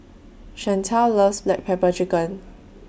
Chantel loves Black Pepper Chicken